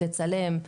לצלם,